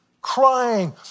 crying